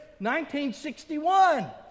1961